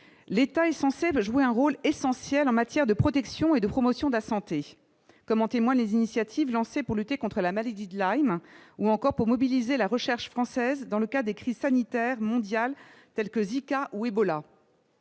l'État est censé jouer un rôle essentiel en matière de protection et de promotion de la santé, comme en témoignent les initiatives lancées pour lutter contre la maladie de Line ou encore pour mobiliser la recherche française dans le cas des crises sanitaires mondiales telles que zika, où Ebola